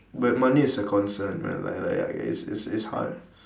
but money is a concern ah like like I guess it's it's hard